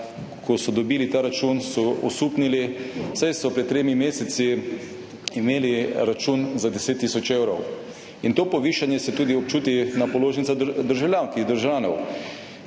Ko so dobili ta račun, so osupnili, saj so pred tremi meseci imeli račun za 10 tisoč evrov. In to povišanje se občuti tudi na položnicah državljank in državljanov.